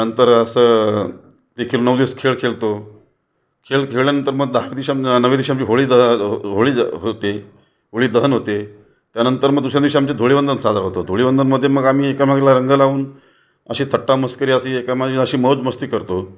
नंतर असं देखील नऊ दिवस खेळ खेळतो खेळ खेळल्यानंतर मग दहा दिवशी आम नवव्या दिवशी आमची होळी ज होळी ज होते होळी दहन होते त्यानंतर मग दुसऱ्या दिवशी आमच्यात धुळीवंदन साजरा होतो धुळीवंदनमध्ये मग आम्ही एकमेकाला रंग लावून अशी थट्टामस्करी अशी एका म्हणजे अशी मौजमस्ती करतो